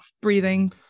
breathing